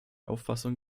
auffassung